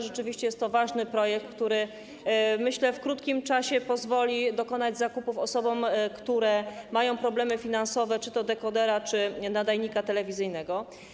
Rzeczywiście jest to ważny projekt, który, myślę, w krótkim czasie pozwoli dokonać osobom, które mają problemy finansowe, zakupu czy to dekodera, czy nadajnika telewizyjnego.